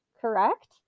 correct